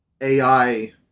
AI